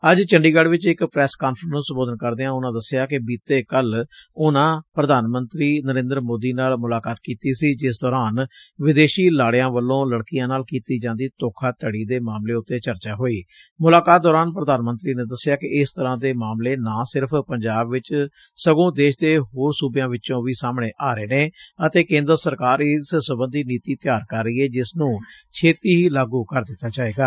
ਅੱਜ ਚੰਡੀਗੜ ਚ ਇਕ ਪ੍ਰੈਸ ਕਾਨਫਰੰਸ ਨੰ ਸੰਬੋਧਨ ਕਰਦਿਆਂ ਉਨਾਂ ਦੱਸਿਆ ਕਿ ਬੀਤੇ ਕੱਲ ਉਨਾਂ ਪ੍ਰਧਾਨ ਮੰਤਰੀ ਨਰਿੰਦਰ ਮੋਦੀ ਨਾਲ ਮੁਲਾਕਾਤ ਕੀਤੀ ਸੀ ਜਿਸ ਦੌਰਾਨ ਵਿਦੇਸ਼ੀ ਲਾੜਿਆਂ ਵੱਲੋਂ ਲਤਕੀਆਂ ਨਾਲ ਕੀਤੀ ਜਾਂਦੀ ਧੋਖਾ ਧੜੀ ਦੇ ਮਾਮਲੇ ਉਂਤੇ ਚਰਚਾ ਹੋਈ ਮੁਲਾਕਾਤ ਦੋਰਾਨ ਪੁਧਾਨ ਮੰਤਰੀ ਨੇ ਦੱਸਿਆ ਕੋਂ ਇਸ ਤਰੁਾਂ ਦੇ ਮਾਮਲੇ ਨਾ ਸਿਰਫ਼ ਪੰਜਾਬ ਵਿਚੋਂ ਸਗੋਂ ਦੇਸ਼ ਦੇ ਹੋਰ ਸੁਬਿਆਂ ਵਿਚੋਂ ਵੀ ਸਾਹਮਣੇ ਆ ਰਹੇ ਨੇ ਅਤੇ ਕੇਂਦਰ ਸਰਕਾਰ ਇਸ ਸਬੰਧੀ ਨੀਤੀ ਤਿਆਰ ਕਰ ਰਹੀ ਏ ਜਿਸ ਨੂੰ ਛੇਤੀ ਹੀ ਲਾਗੁ ਕਰ ਦਿੱਤਾ ਜਾਵੇਗਾ